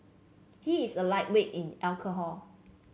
he is a lightweight in alcohol